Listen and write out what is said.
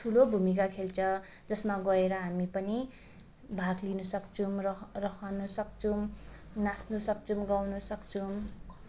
ठुलो भूमिका खेल्छ जसमा गएर हामी पनि भाग लिनु सक्छौँ र रहनु सक्छौँ नाच्नु सक्छौँ गाउन सक्छौँ